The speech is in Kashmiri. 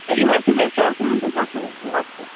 ہے یِم حَظ چھِ ویٚچھِ آسان یِم کتہِ آسن لۄکچہِ